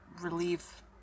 relieve